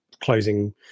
closing